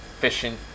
fishing